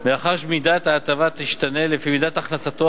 מאחר שמידת ההטבה תשתנה לפי מידת הכנסתו